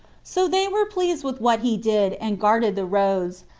so they were pleased with what he did, and guarded the roads,